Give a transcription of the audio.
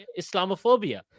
Islamophobia